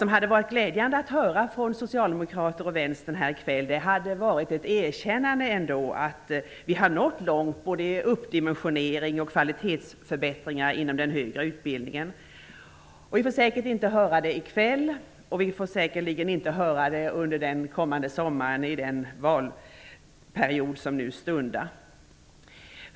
Det hade varit glädjande att höra ett erkännande från socialdemokrater och vänster här i kväll för att vi har nått långt både i fråga om dimensionering och kvalitetsförbättringar inom den högre utbildningen. Vi får säkert inte höra det i kväll. Vi får säkert inte heller höra det under den kommande sommaren i den valrörelse som nu stundar.